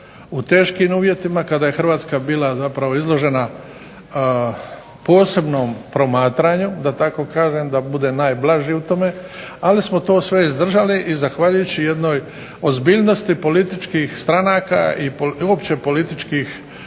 u teškim uvjetima kada je Hrvatska bila zapravo izložena posebnom promatranju da tako kažem, da budem najblaži u tome, ali smo to sve izdržali. I zahvaljujući jednoj ozbiljnosti političkih stranaka i uopće političkih,